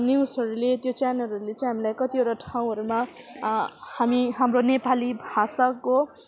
न्युजहरूले त्यो च्यानलहरूले चाहिँ हामीलाई कतिवटा ठाउँहरूमा हामी हाम्रो नेपाली भाषाको